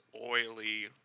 oily